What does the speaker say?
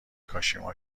کاشیما